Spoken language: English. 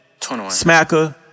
smacker